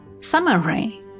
Summary